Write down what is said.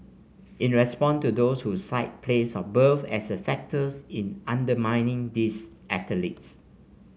in response to those who cite place of birth as a factor in undermining these athletes